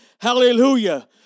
Hallelujah